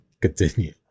Continue